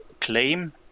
claim